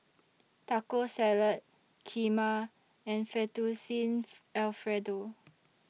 Taco Salad Kheema and Fettuccine Alfredo